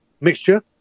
mixture